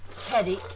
Teddy